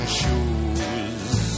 shoes